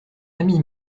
ami